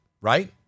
right